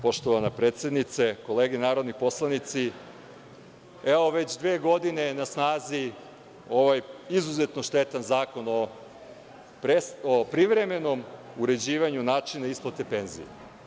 Poštovana predsednice, kolege narodni poslanici, već dve godine je na snazi ovaj izuzetno štetan Zakona o privremenom uređivanju načina isplate penzija.